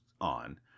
on